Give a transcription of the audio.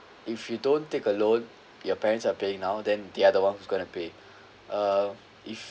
if you don't take a loan your parents are paying now then they are the one who's going to pay uh if